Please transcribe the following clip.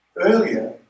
Earlier